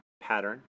pattern